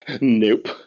nope